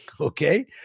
Okay